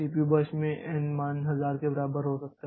CPU burst में n मान 1000 के बराबर हो सकता है